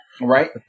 Right